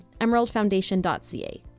emeraldfoundation.ca